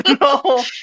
No